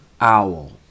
owl